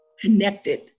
connected